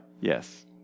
Yes